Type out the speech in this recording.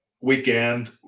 weekend